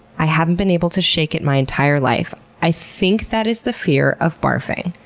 i haven't been able to shake it my entire life. i think that is the fear of barfing,